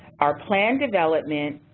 our plan development,